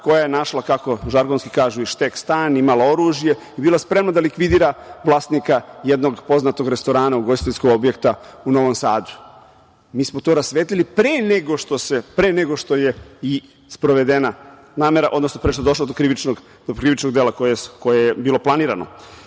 koja je našla, kako žargonski kažu, i štek-stan, imala oružje i bila spremna da likvidira vlasnika jednog poznatog restorana, ugostiteljskog objekta u Novom Sadu. Mi smo to rasvetlili pre nego što je i sprovedena namera, odnosno pre nego što je došlo do krivičnog dela koje je bilo planirano. Pre